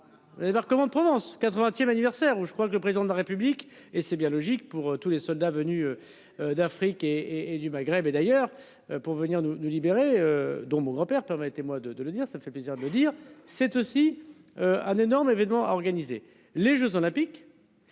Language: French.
Alors comme en Provence 80ème anniversaire ou je crois que le président de la République et c'est bien logique pour tous les soldats venus. D'Afrique et et du Maghreb et d'ailleurs pour venir nous libérer dont mon grand-père, permettez-moi de le dire, ça fait plaisir de dire c'est aussi. Un énorme événement organisé les Jeux olympiques.